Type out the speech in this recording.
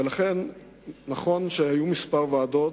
ולכן נכון שהיו כמה ועדות,